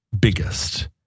biggest